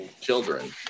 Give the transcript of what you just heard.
children